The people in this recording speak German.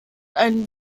einen